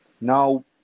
Now